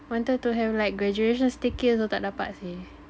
wanted to have like graduation staycay also tak dapat seh